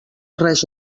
res